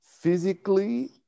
physically